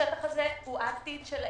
השטח הזה הוא העתיד של העיר.